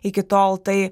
iki tol tai